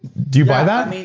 do you buy that?